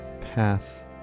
path